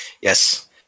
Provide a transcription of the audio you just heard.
Yes